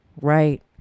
Right